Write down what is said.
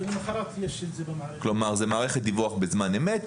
זה מערכת דיווח בזמן אמת,